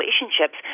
relationships